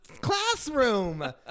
classroom